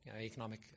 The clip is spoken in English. economic